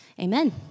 Amen